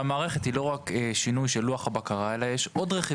לכן אמרנו שהמערכת היא לא רק שינוי של לוח הבקרה אלא יש עוד רכיבים.